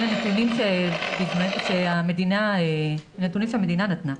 אלה נתונים שהמדינה נתנה.